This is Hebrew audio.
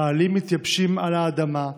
/ העלים מתייבשים על האדמה,